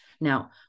Now